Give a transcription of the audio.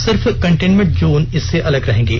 सिर्फ containment zone इससे अलग रहेंगे